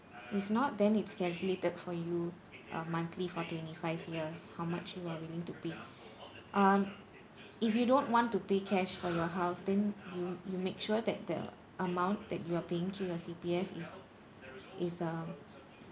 if not then it's calculated for you uh monthly for twenty five years how much you are willing to pay um if you don't want to pay cash for your house then you you make sure that the amount that you're paying to your C_P_F is is uh